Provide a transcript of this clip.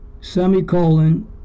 semicolon